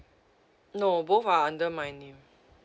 no both are under my name